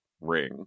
ring